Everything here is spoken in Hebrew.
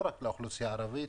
לא רק לאוכלוסייה הערבית.